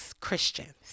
Christians